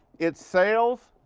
it's sales